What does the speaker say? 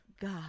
God